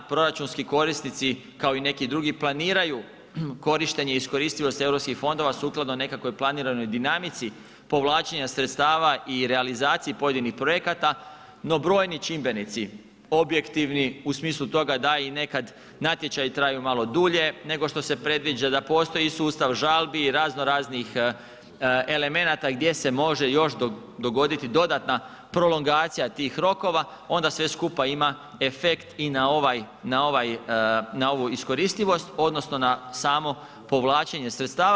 Proračunski korisnici kao i neki drugi planiraju korištenje iskoristivosti europskih fondova sukladno nekakvoj planiranoj dinamici povlačenja sredstava i realizaciji pojedinih projekata no brojni čimbenici, objektivni u smislu toga da i nekad natječaji traju malo dulje nego što se predviđa, da postoji i sustav žalbi, i raznoraznih elemenata gdje se može još dogoditi dodatna prolongacija tih rokova onda sve skupa ima efekt i na ovu iskoristivost odnosno na samo povlačenje sredstava.